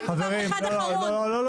רק דבר אחד אחרון -- לא,